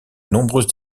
nombreuses